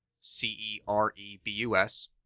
C-E-R-E-B-U-S